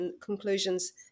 conclusions